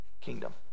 kingdom